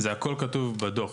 זה הכל כתוב בדוח.